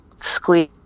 squeeze